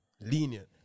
lenient